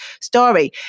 story